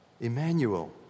Emmanuel